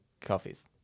coffees